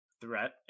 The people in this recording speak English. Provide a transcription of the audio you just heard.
threat